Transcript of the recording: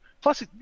Plus